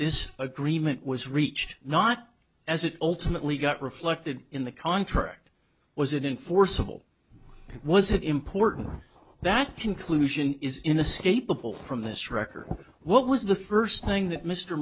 this agreement was reached not as it ultimately got reflected in the contract was it in forcible was it important that conclusion is in a staple from this record what was the first thing that mr